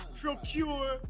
procure